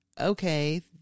okay